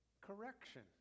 correction